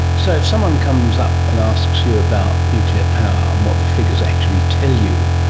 so if someone comes up and ask you about nuclear power and what the figures actually tell you,